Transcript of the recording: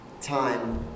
time